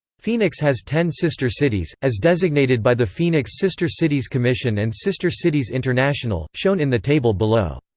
phoenix has ten sister cities, as designated by the phoenix sister cities commission and sister cities international, shown in the table below.